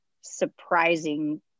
surprising